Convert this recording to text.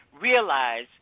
realize